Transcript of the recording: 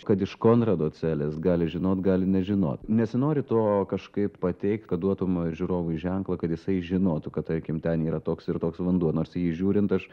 kad iš konrado celės gali žinot gali nežinot nesinori to kažkaip pateikt kad duotum žiūrovui ženklą kad jisai žinotų kad tarkim ten yra toks ir toks vanduo nors į jį žiūrint aš